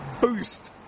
boost